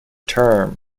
term